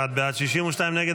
51 בעד, 62 נגד.